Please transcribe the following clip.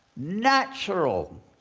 natural,